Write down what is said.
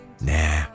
nah